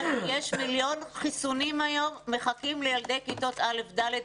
יש מיליון חיסונים היום שמחכים לילדי כיתות א' עד ד'.